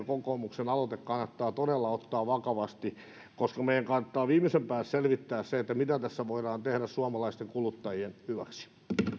kokoomuksen aloite kannattaa todella ottaa vakavasti koska meidän kannattaa viimeisen päälle selvittää se mitä tässä voidaan tehdä suomalaisten kuluttajien hyväksi